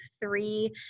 three